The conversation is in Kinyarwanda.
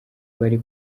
bari